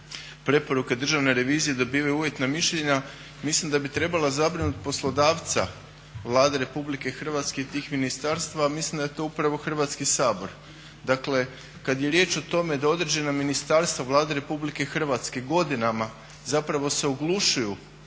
preporuke Državne revizije, dobivaju uvjetna mišljenja, mislim da bi trebala zabrinut poslodavca Vlade Republike Hrvatske i tih ministarstava, mislim da je to upravo Hrvatski sabor. Dakle kad je riječ o tome da određena ministarstva Vlade Republike Hrvatske godinama zapravo se oglušuju